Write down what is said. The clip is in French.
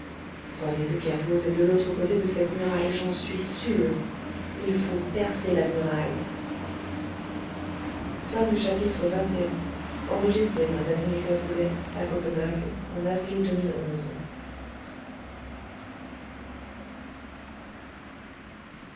rené de kervoz est de l'autre côté de cette muraille j'en suis sûr il faut percer la muraille